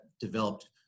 developed